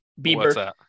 bieber